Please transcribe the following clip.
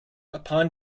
upon